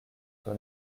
sur